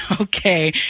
Okay